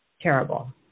terrible